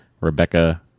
Rebecca